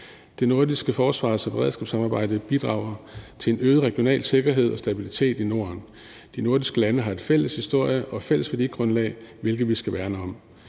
Det nordiske forsvars- og beredskabssamarbejde bidrager til en øget regional sikkerhed og stabilitet i Norden. De nordiske lande har en fælles historie og et fælles værdigrundlag, hvilket vi skal værne om.